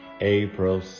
April